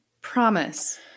promise